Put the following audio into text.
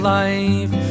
life